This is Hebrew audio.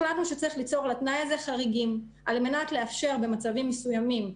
החלטנו שצריך ליצור לתנאי הזה חריגים על-מנת לאפשר במצבים מסוימים,